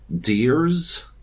deers